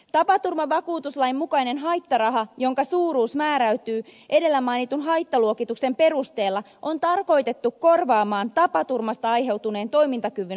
tapaturmavakuutuslain mukainen haittaraha jonka suuruus määräytyy edellä mainitun haittaluokituksen perusteella on tarkoitettu korvaamaan tapaturmasta aiheutuneen toimintakyvyn alenemista